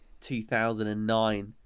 2009